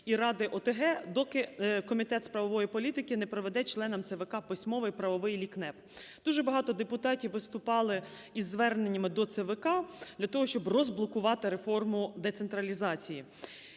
і ради ОТГ, доки Комітет з правової політики не проведе членам ЦВК письмовий правовий лікнеп. Дуже багато депутатів виступали із зверненнями до ЦВК для того, щоб розблокувати реформу децентралізації.